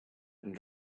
and